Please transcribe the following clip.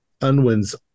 Unwin's